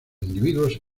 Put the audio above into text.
individuos